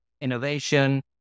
innovation